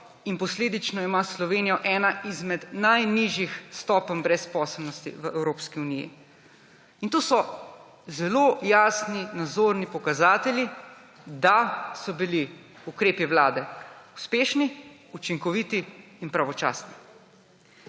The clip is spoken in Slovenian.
in posledično ima Slovenija eno izmed najnižjih stopenj brezposelnosti v Evropski uniji. In to so zelo jasni, nazorni pokazatelji, da so bili ukrepi vlade uspešni, učinkoviti in pravočasni.